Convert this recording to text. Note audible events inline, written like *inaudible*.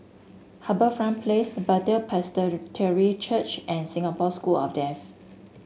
HarbourFront Place Bethel *unintelligible* Church and Singapore School of Deaf